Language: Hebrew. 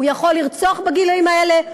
הוא יכול לרצוח בגילים האלה,